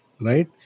right